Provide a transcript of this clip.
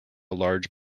large